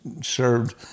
served